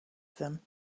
them